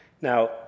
Now